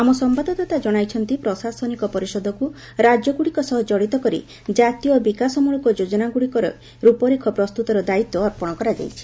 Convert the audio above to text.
ଆମ ସମ୍ଭାଦଦାତା କ୍ଷଣାଇଛନ୍ତି ପ୍ରଶାସନିକ ପରିଷଦକୁ ରାଜ୍ୟଗୁଡିକ ସହ କଡିତ କରି ଜାତୀୟ ବିକାଶମୂଳକ ଯୋଜନା ଗୁଡ଼ିକରେ ରୂପରେଖ ପ୍ରସ୍ତୁତର ଦାୟିତ୍ୱ ଅର୍ପଣ କରାଯାଇଛି